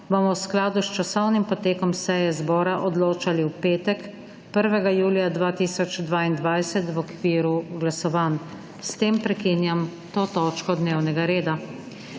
bomo v skladu s časovnim potekom seje zbora odločali v petek, 1. julija 2022, v okviru glasovanj. S tem prekinjam to točko dnevnega reda.